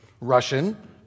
Russian